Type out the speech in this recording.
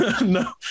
No